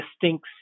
distinct